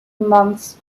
months